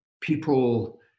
people